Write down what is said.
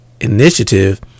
Initiative